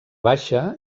baixa